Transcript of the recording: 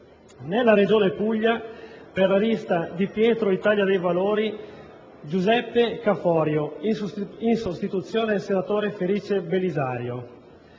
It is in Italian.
nella Regione Puglia, per la lista "Di Pietro-Italia dei valori", Giuseppe Caforio, in sostituzione del senatore Felice Belisario.